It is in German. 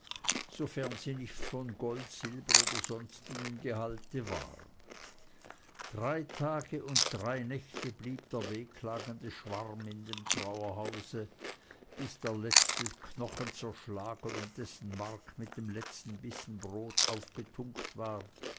insofern sie nicht von gold silber oder sonstigem gehalte waren drei tage und drei nächte blieb der wehklagende schwarm in dem trauerhause bis der letzte knochen zerschlagen und dessen mark mit dem letzten bissen brot aufgetunkt war